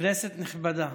כנסת נכבדה,